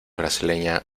brasileña